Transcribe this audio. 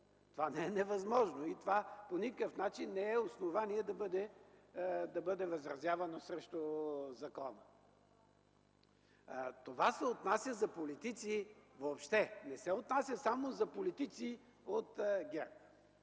Това не е невъзможно и по никакъв начин не е основание да бъде възразявано срещу закона. Това се отнася за политици въобще, не се отнася само за политици от ГЕРБ.